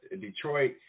Detroit